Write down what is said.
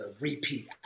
repeat